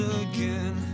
again